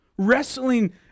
wrestling